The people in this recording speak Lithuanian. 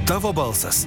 tavo balsas